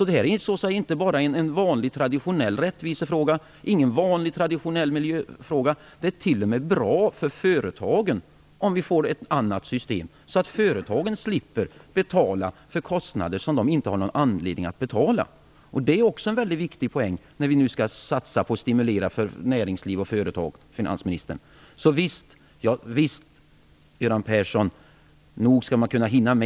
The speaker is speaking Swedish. Det här är alltså inte bara en vanlig, traditionell rättvisefråga och inte någon vanlig, traditionell miljöfråga. Nej, det är t.o.m. bra för företagen om vi får ett annat system, så att företagen slipper betala för kostnader som de inte har någon anledning att betala. Också det är en väldigt viktig poäng, när vi nu skall satsa på stimulanser för näringsliv och företag. Så nog skall man hinna med det här, Göran Persson.